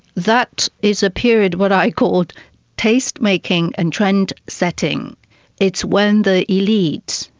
that is a period, what i called taste making and trendsetting. it's when the elite,